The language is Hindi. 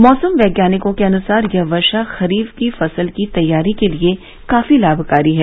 मौसम वैज्ञानिकों के अनुसार यह वर्षा खरीफ की फसल तैयारी के लिये काफी लाभकारी है